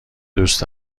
دوست